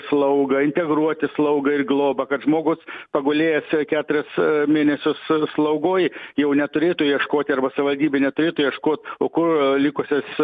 slaugą integruoti slaugą ir globą kad žmogus pagulėjęs keturis mėnesius slaugoj jau neturėtų ieškoti arba savivaldybė neturėtų ieškot kur likusius